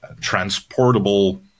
transportable